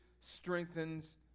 strengthens